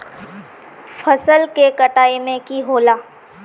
फसल के कटाई में की होला?